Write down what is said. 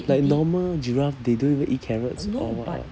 like normal giraffe they don't even eat carrots or what [what]